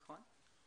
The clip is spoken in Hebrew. נכון.